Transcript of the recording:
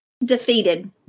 defeated